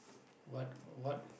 what what